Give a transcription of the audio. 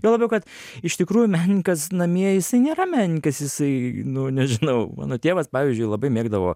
juo labiau kad iš tikrųjų menininkas namie jisai nėra menininkas jisai nu nežinau mano tėvas pavyzdžiui labai mėgdavo